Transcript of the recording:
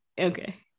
okay